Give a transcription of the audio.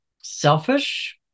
selfish